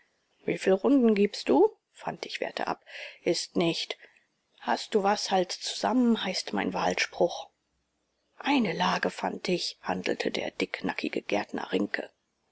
wieviel runden gibst du fantig wehrte ab ist nicht hast du was halt's zusammen heißt mein wahlspruch eine lage fantig handelte der dicknackige gärtner